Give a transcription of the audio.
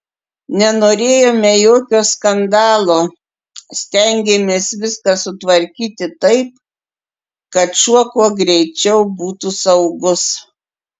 nenorėjome jokio skandalo stengėmės viską sutvarkyti taip kad šuo kuo greičiau būtų saugus